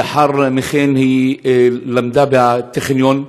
לאחר מכן היא למדה בטכניון,